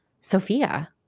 Sophia